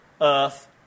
Earth